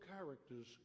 character's